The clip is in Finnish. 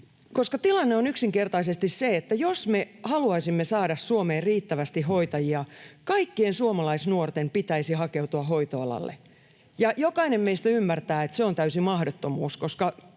tilanne on yksinkertaisesti se, että jos me haluaisimme saada Suomeen riittävästi hoitajia, kaikkien suomalaisnuorten pitäisi hakeutua hoitoalalle, ja jokainen meistä ymmärtää, että se on täysi mahdottomuus,